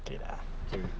K lah K